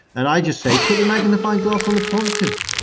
and i just say, put the magnifying glass on the positive.